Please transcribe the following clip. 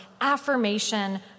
affirmation